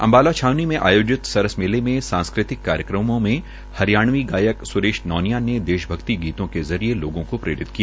अम्बाला छावनी में आयोजित सरस मेले में सांस्कृतिक कार्यक्रमों में हरियाणवी गायक स्रेश नैनिया ने देश भक्ति के जरिये लोगों को प्रेरित किया